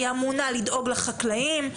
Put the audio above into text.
לדאוג לחקלאים,